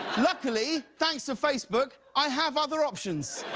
luckily thanks to facebook i have other options.